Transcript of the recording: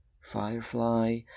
firefly